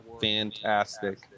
fantastic